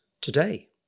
today